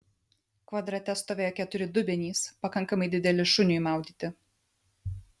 kvadrate stovėjo keturi dubenys pakankamai dideli šuniui maudyti